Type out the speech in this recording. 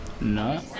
No